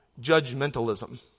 judgmentalism